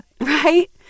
Right